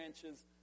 branches